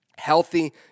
healthy